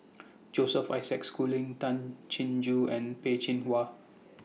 Joseph Isaac Schooling Tay Chin Joo and Peh Chin Hua